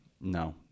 no